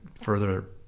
further